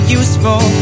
useful